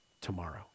tomorrow